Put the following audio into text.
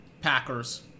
Packers